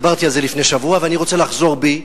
דיברתי על זה לפני שבוע ואני רוצה לחזור בי,